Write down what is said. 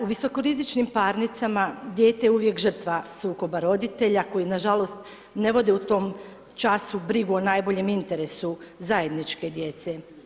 U visokorizičnim parnicama dijete je uvijek žrtva sukoba roditelja koji nažalost ne vode u tom času brigu o najboljem interesu zajedničke djece.